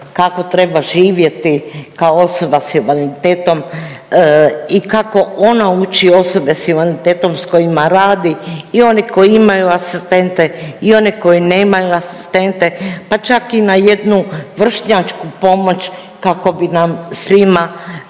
kako treba živjeti kao osoba s invaliditetom i kako ona uči osobe s invaliditetom s kojima radi i one koji imaju asistente i one koji nemaju asistente, pa čak i na jednu vršnjačku pomoć kako bi nam svima